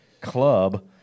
club